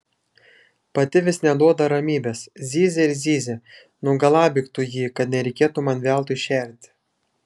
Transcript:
pati vis neduoda ramybės zyzia ir zyzia nugalabyk tu jį kad nereikėtų man veltui šerti